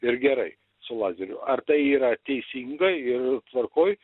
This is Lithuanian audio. ir gerai su lazeriu ar tai yra teisinga ir tvarkoj